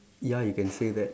ya you can say that